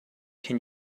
can